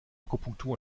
akupunktur